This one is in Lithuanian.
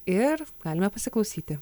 ir galime pasiklausyti